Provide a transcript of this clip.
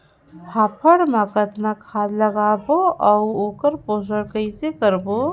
फाफण मा कतना खाद लगाबो अउ ओकर पोषण कइसे करबो?